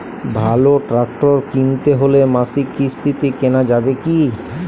ভালো ট্রাক্টর কিনতে হলে মাসিক কিস্তিতে কেনা যাবে কি?